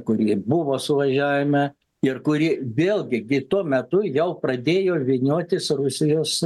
kuri buvo suvažiavime ir kuri vėlgi gi metu jau pradėjo vyniotis rusijos